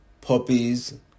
Puppies